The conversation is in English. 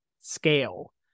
scale